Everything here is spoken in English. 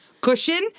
Cushion